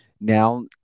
Now